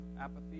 apathy